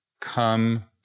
come